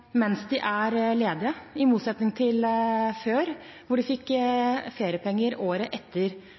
mens de er ledige, i motsetning til før, da de fikk feriepenger året etter